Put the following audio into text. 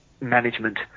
management